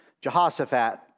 Jehoshaphat